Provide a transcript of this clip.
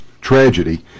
tragedy